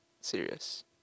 serious